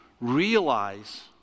realize